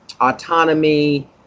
autonomy